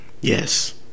Yes